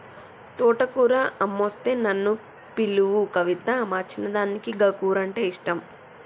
తోటకూర అమ్మొస్తే నన్ను పిలువు కవితా, మా చిన్నదానికి గా కూరంటే ఇష్టం